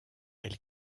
elle